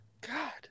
God